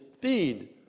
feed